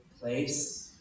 place